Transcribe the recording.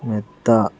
മെത്ത